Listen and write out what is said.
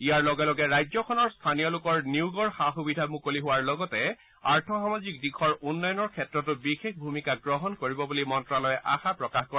ইয়াৰ লগে লগে ৰাজ্যখনৰ স্থানীয় লোকৰ নিয়োগৰ সা সুবিধা মুকলি হোৱাৰ লগতে আৰ্থ সামাজিক দিশৰ উন্নয়নৰ ক্ষেত্ৰতো বিশেষ ভূমিকা গ্ৰহণ কৰিব বুলি মন্ত্ৰালয়ে আশা প্ৰকাশ কৰে